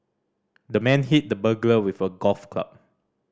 the man hit the burglar with a golf club